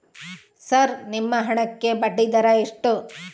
Sir ನಿಮ್ಮ ಹಣಕ್ಕೆ ಬಡ್ಡಿದರ ಎಷ್ಟು?